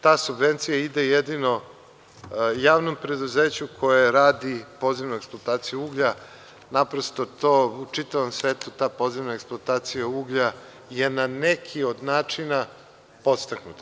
Ta subvencija ide jedino javnom preduzeću koje radipodzemnu eksploataciju uglja, naprosto to u čitavom svetu ta podzemna eksploatacija uglja je na neki od načina podstaknuta.